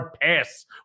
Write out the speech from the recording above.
pass